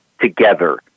together